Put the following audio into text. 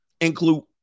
Include